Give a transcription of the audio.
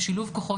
בשילוב כוחות,